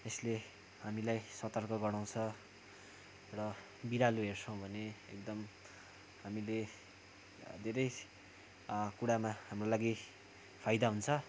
यसले हामीलाई सतर्क गराउँछ र बिरालो हेर्छौँ भने एकदम हामीले धेरै कुरामा हाम्रो लागि फाइदा हुन्छ